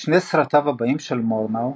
שני סרטיו הבאים של מורנאו,